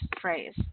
phrase